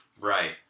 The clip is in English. Right